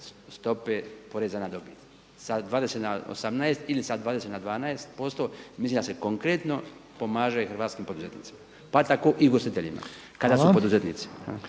stope poreza na dobit sa 20 na 18 ili sa 20 na 12%. Mislim da se konkretno pomaže hrvatskim poduzetnicima, pa tako i ugostiteljima kada su poduzetnici.